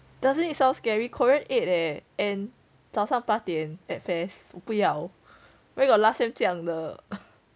doesn't it sound scary korean eight eh and 早上八点 at F_A_S_S 不要 where got last sem 这样的